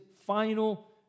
final